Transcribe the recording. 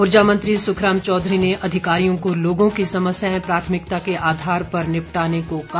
ऊर्जा मंत्री सुखराम चौधरी ने अधिकारियों को लोगों की समस्याएं प्राथमिकता के आधार पर निपटाने को कहा